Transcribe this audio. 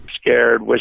scared